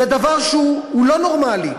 זה דבר שהוא לא נורמלי.